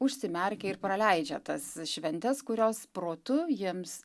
užsimerkia ir praleidžia tas šventes kurios protu jiems